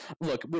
look